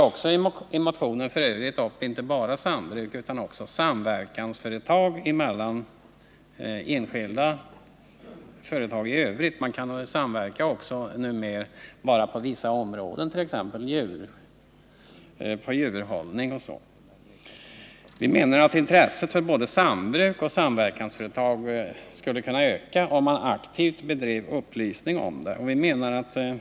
I motionen tar vi inte bara upp sambruk utan också samverkan mellan enskilda företag i övrigt. Man kan samverka på vissa områden, t.ex. när det gäller djurhållning. Intresset för både sambruk och samverkansföretag skulle enligt vår mening kunna öka om man aktivt bedrev upplysning därom.